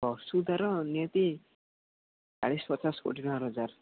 ବର୍ଷକୁ ତା'ର ନିହାତି ଚାଳିଶି ପଚାଶ କୋଟି ଟଙ୍କା ରୋଜଗାର